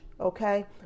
okay